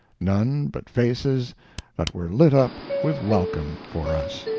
none but faces that were lit up with welcome for us.